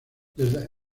desde